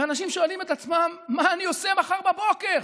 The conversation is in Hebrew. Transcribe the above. ואנשים שואלים את עצמם: מה אני עושה מחר בבוקר?